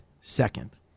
second